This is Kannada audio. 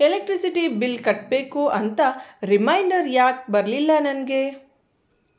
ಎಲೆಕ್ಟ್ರಿಸಿಟಿ ಬಿಲ್ ಕಟ್ಟಬೇಕು ಅಂತ ರಿಮೈಂಡರ್ ಯಾಕೆ ಬರಲಿಲ್ಲ ನನಗೆ